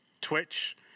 Twitch